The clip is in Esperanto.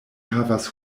havas